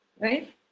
right